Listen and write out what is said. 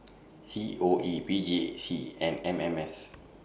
C O E P J C and M M S